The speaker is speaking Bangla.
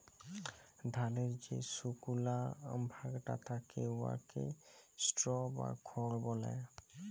ধালের যে সুকলা ভাগটা থ্যাকে উয়াকে স্ট্র বা খড় ব্যলে